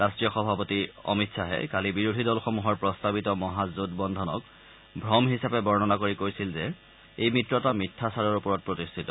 ৰাট্টপতি সভাপতি অমিত শ্বাহে কালি বিৰোধী দলসমূহৰ প্ৰস্তাৱিত মহাজোঁট বন্ধনক ভ্ৰম হিচাপে বৰ্ণনা কৰি কৈছিল যে এই মিত্ৰতা মিথ্যাচাৰৰ ওপৰত পৰিচিত